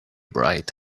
bride